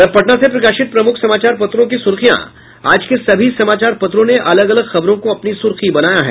और अब पटना से प्रकाशित प्रमुख समाचार पत्रो की सुर्खियां आज के सभी समाचार पत्रों ने अलग अलग खबरों को अपनी सुर्खी बनाया है